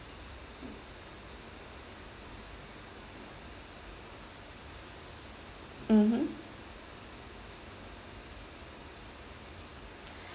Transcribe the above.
mmhmm